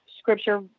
scripture